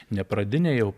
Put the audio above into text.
ne pradinę jau